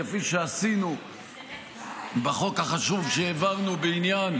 כפי שעשינו בחוק החשוב שהעברנו בעניין